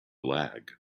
lag